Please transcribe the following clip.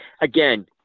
again